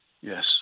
Yes